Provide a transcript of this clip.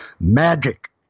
Magic